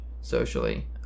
socially